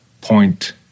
point